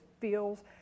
feels